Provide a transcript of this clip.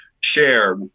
share